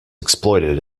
exploited